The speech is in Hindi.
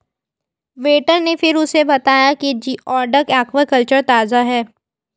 वेटर ने फिर उसे बताया कि जिओडक एक्वाकल्चर ताजा है